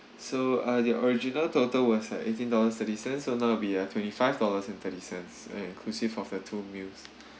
so uh the original total was at eighteen dollars thirty cents so now will be at twenty five dollars and thirty cents and inclusive of the two meals